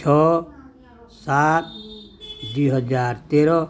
ଛଅ ସାତ ଦୁଇହଜାର ତେର